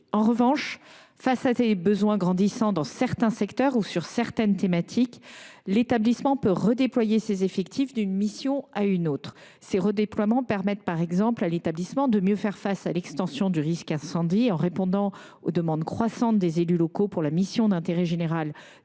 En revanche, face à des besoins grandissants dans certains secteurs ou sur certaines thématiques, l’établissement peut avoir besoin de redéployer ses effectifs d’une mission à une autre. Ces redéploiements permettent, par exemple, de mieux faire face à l’extension du risque incendie en répondant aux demandes croissantes des élus locaux pour la mission d’intérêt général